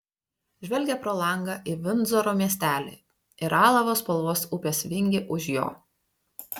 žvelgė pro langą į vindzoro miestelį ir alavo spalvos upės vingį už jo